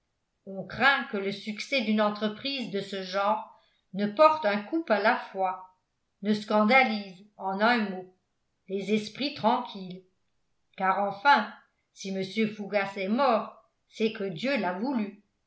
on craint que le succès d'une entreprise de ce genre ne porte un coup à la foi ne scandalise en un mot les esprits tranquilles car enfin si mr fougas est mort c'est que dieu l'a voulu